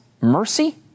mercy